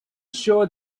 sure